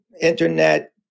internet